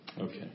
Okay